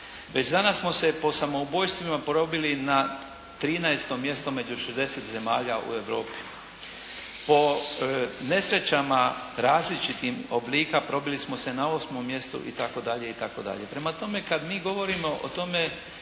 Već danas smo se po samoubojstvima probili na 13. mjesto među 60 zemalja u Europi. Po nesrećama različitim oblika probili smo se na 8. mjesto, itd., itd. Prema tome, kad mi govorimo o tome